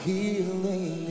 Healing